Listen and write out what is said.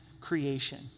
creation